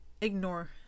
ignore